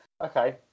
Okay